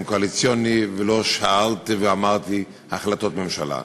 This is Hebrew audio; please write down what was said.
קואליציוני ולא שאלתי ואמרתי "החלטות ממשלה".